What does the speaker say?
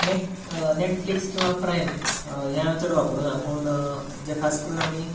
नेट Netflix किंवां Prime हें हांवें चड वापरूंक ना पूण जे खास करून आमी